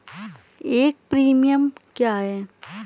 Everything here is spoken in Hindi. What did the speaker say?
एक प्रीमियम क्या है?